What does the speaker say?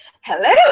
Hello